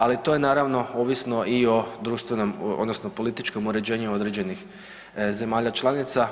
Ali to je naravno ovisno i o društvenom odnosno političkom uređenju određenih zemalja članica.